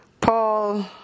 Paul